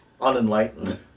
unenlightened